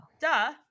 Duh